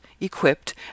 equipped